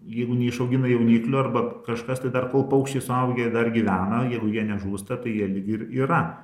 jeigu neišaugina jauniklių arba kažkas tai dar kol paukščiai suaugę dar gyvena jeigu jie nežūsta tai jie lyg ir yra